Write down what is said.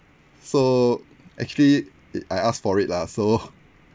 so actually it I asked for it lah so